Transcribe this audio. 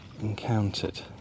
encountered